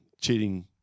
cheating